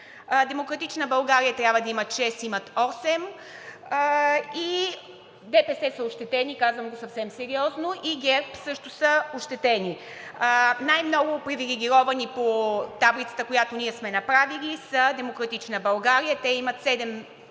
„Демократична България“ трябва да имат шест, имат осем, и ДПС са ощетени, казвам го съвсем сериозно, и ГЕРБ също са ощетени. Най-много привилегировани по таблицата, която сме направили, са „Демократична България“. Те имат